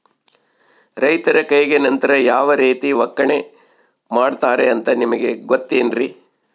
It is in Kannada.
ರೈತರ ಕೈಗೆ ನಂತರ ಯಾವ ರೇತಿ ಒಕ್ಕಣೆ ಮಾಡ್ತಾರೆ ಅಂತ ನಿಮಗೆ ಗೊತ್ತೇನ್ರಿ?